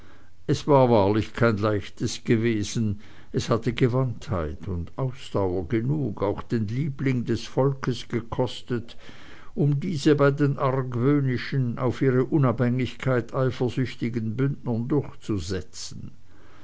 es war wahrlich kein leichtes gewesen es hatte gewandtheit und ausdauer genug auch den liebling des volkes gekostet um diese bei den argwöhnischen auf ihre unabhängigkeit eifersüchtigen bündnern durchzusetzen